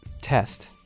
test